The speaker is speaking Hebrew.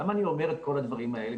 למה אני אומר את כל הדברים האלה?